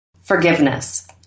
Forgiveness